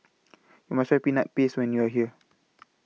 YOU must Try Peanut Paste when YOU Are here